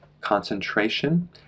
concentration